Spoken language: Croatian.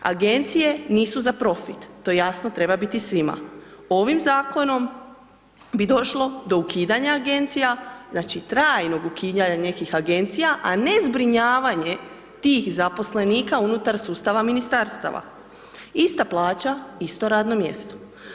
Agencije nisu za profit, to jasno treba biti svima, ovim zakonom bi došlo do ukidanja agencija, znači trajnog ukidanja nekih agencija a ne zbrinjavanje tih zaposlenika unutar sustava ministarstava, ista plaća isto radno mjesto.